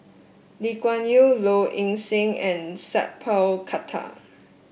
Lee Kuan Yew Low Ing Sing and Sat Pal Khattar